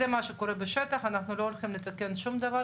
גם פה זה מה שנוסף למסמכים שמגישים בבקשה